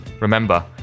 Remember